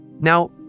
Now